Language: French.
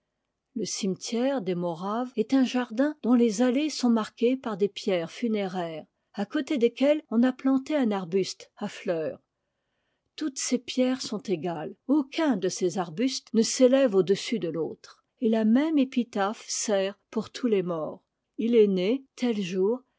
le cimetière des moraves est un jardin dont les anées sont marquées par des pierres funéraires à côté desquelles on a planté un arbuste à fleurs toutes ces pierres sont égales aucun de ces arbustes ne s'élève au-dessus de l'autre et la même épitaphe sert pour tous les morts est né tel jour